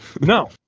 No